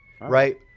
Right